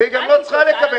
נתת לי.